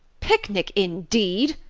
picnic, indeed!